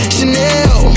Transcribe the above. Chanel